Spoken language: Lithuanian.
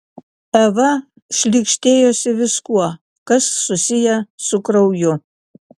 eva šlykštėjosi viskuo kas susiję su krauju